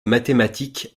mathématiques